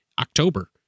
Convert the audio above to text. October